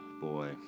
Boy